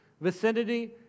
vicinity